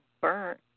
burnt